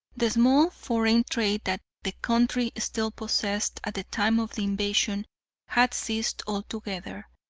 the small foreign trade that the country still possessed at the time of the invasion had ceased altogether,